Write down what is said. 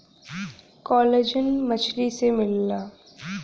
collagen मछरी से मिलला